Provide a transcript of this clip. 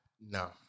No